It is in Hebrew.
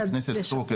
חברת הכנסת סטרוק,